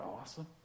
awesome